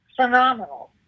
phenomenal